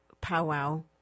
powwow